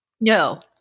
No